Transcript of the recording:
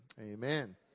Amen